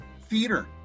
theater